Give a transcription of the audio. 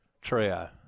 trio